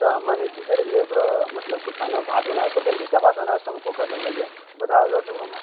तऽ मने कि करलियै ओकरा मतलब कि खाना भात बनाबैले जल्दीसँ भात बनाबै वास्ते हम कूकर लए लेलियै बजाज छलेह तऽ ओकरामे